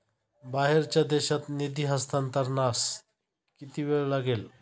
बाहेरच्या देशात निधी हस्तांतरणास किती वेळ लागेल?